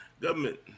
Government